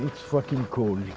and fucking cold.